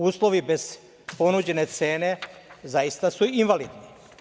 Uslovi bez ponuđene cene zaista su invalidni.